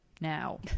Now